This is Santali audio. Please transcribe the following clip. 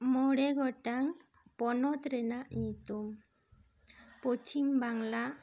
ᱢᱚᱬᱮ ᱜᱚᱴᱟᱝ ᱯᱚᱱᱚᱛ ᱨᱮᱱᱟᱜ ᱧᱩᱛᱩᱢ ᱯᱚᱪᱷᱤᱢ ᱵᱟᱝᱞᱟ